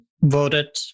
voted